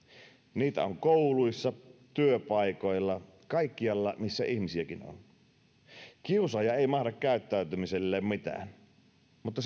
niitä on kouluissa työpaikoilla kaikkialla missä ihmisiäkin on kiusaaja ei mahda käyttäytymiselleen mitään mutta